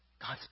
God's